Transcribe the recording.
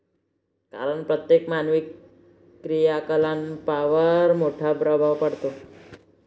कारण प्रत्येक मानवी क्रियाकलापांवर मोठा प्रभाव पडतो